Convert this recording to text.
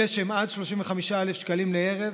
אלה שהם עד 35,000 שקלים לערב,